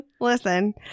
Listen